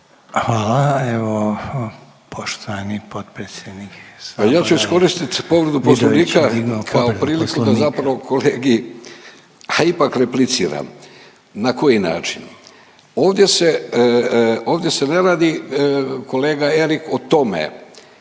Davorko (Socijaldemokrati)** Pa ja ću iskoristit povredu poslovnika kao priliku da zapravo kolegi ha ipak repliciram, na koji način? Ovdje se, ovdje se ne radi kolega Erik o tome